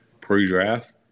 Pre-draft